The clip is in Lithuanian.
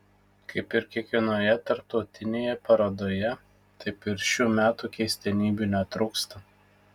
kaip ir kiekvienoje tarptautinėje parodoje taip ir šių metų keistenybių netrūksta